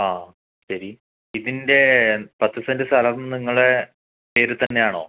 ആ ശരി ഇതിൻ്റെ പത്ത് സെൻ്റ് സ്ഥലം നിങ്ങളെ പേരിൽ തന്നെയാണോ